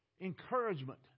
encouragement